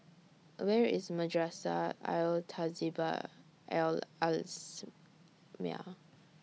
Where IS Madrasah Al Tahzibiah Al Islamiah